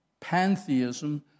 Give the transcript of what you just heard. pantheism